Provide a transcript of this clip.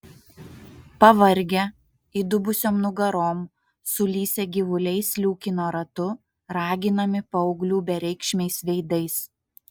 pavargę įdubusiom nugarom sulysę gyvuliai sliūkino ratu raginami paauglių bereikšmiais veidais